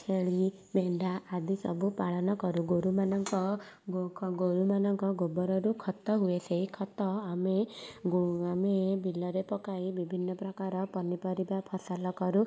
ଛେଳି ମେଣ୍ଢା ଆଦି ସବୁ ପାଳନ କରୁ ଗୋରୁମାନଙ୍କ ଗୋରୁମାନଙ୍କ ଗୋବରରୁ ଖତ ହୁଏ ସେଇ ଖତ ଆମେ ଆମେ ବିଲରେ ପକାଇ ବିଭିନ୍ନ ପ୍ରକାର ପନିପରିବା ଫସଲ କରୁ